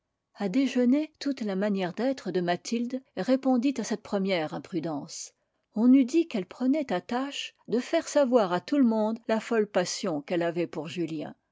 a déjeuner toute la manière d'être de mathilde répondit à cette première imprudence on eût dit qu'elle prenait à tâche de faire savoir à tout le monde la folle passion qu'elle avait pour julien